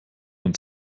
und